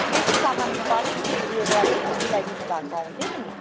बेसी सामानको त अलिकति ऊ यो गरिदिनु मिलाइदिनुभएको भए हुन्थ्यो नि